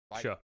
Sure